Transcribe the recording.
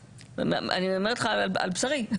אני אומרת לך על בשרי,